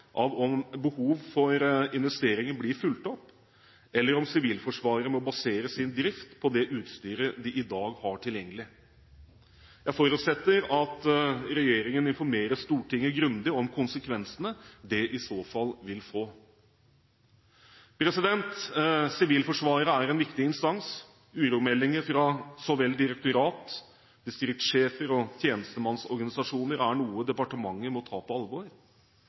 av om behovet for investeringer blir fulgt opp, eller om Sivilforsvaret må basere sin drift på det utstyret de i dag har tilgjengelig. Jeg forutsetter at regjeringen informerer Stortinget grundig om konsekvensene det i så fall vil få. Sivilforsvaret er en viktig instans. Uromeldinger fra så vel direktorat som distriktssjefer og tjenestemannsorganisasjoner er noe departementet må ta på alvor.